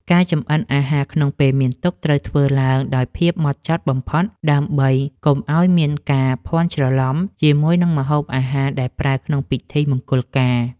ការចម្អិនអាហារក្នុងពេលមានទុក្ខត្រូវធ្វើឡើងដោយភាពហ្មត់ចត់បំផុតដើម្បីកុំឱ្យមានការភាន់ច្រឡំជាមួយនឹងម្ហូបអាហារដែលប្រើក្នុងពិធីមង្គលការ។